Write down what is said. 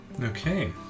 okay